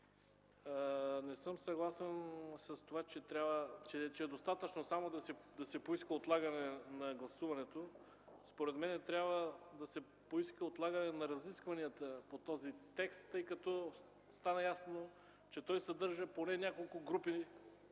не съм съгласен с това, че е достатъчно само да се поиска отлагане на гласуването. Според мен трябва да се поиска отлагане на разискванията по този текст. Стана ясно, че той съдържа поне няколко групи